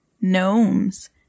gnomes